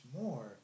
more